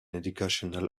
educational